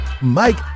Mike